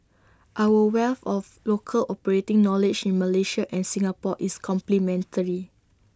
our wealth of local operating knowledge in Malaysia and Singapore is complementary